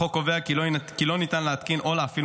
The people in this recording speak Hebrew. החוק קובע כי לא ניתן להתקין או להפעיל